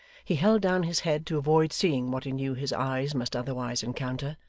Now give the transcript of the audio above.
he held down his head to avoid seeing what he knew his eyes must otherwise encounter,